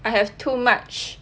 I have too much